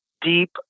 deep